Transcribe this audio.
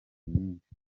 nyinshi